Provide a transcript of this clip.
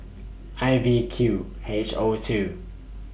I V Q H O two